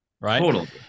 right